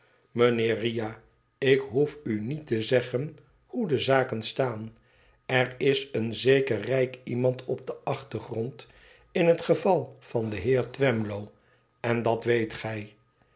mijnheer riah ik behoef u niet te zeggen hoe de zaken staan er is een zeker rijk iemand op den achtergrond in het geval van den heer twemlow en dat weet gij